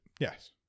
Yes